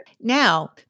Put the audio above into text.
Now